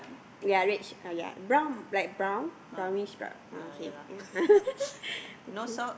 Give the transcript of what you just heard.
ya rage ya brown like brown brownish stripe ah okay ya okay